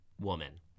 Woman